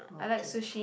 okay okay